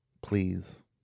please